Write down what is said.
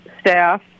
staff